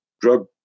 drug